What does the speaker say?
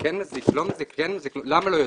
גלים מילימטריים,